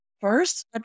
First